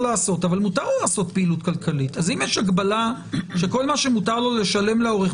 אז אני רוצה לשאול.